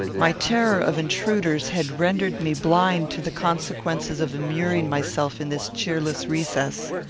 my terror of intruders had rendered me blind to the consequences of immuring myself in this cheerless recess.